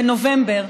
בנובמבר,